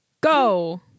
go